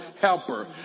helper